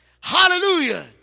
hallelujah